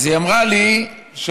אז היא אמרה לי שאלירז,